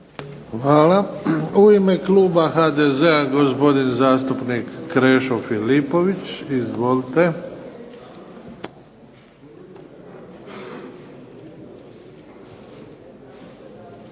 Hvala. U ime kluba HDZ-a gospodin zastupnik Krešo Filipović. Izvolite.